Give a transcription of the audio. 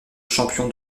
champion